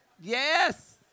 Yes